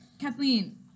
Kathleen